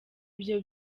ibyo